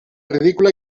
ridícula